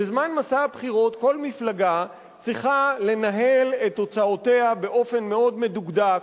בזמן מסע הבחירות כל מפלגה צריכה לנהל את הוצאותיה באופן מאוד מדוקדק.